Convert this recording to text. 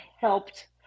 helped